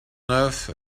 neuf